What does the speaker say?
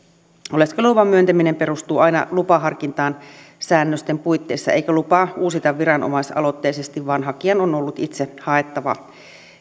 oleskeluluvan myöntäminen perustuu aina lupaharkintaan säännösten puitteissa eikä lupaa uusita viranomaisaloitteisesti vaan hakijan on on ollut itse haettava